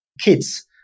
kids